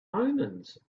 omens